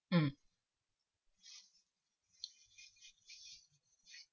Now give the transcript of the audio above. mm